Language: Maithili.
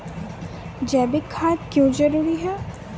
जैविक खाद क्यो जरूरी हैं?